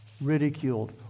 ridiculed